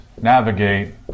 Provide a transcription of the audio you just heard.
Navigate